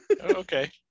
Okay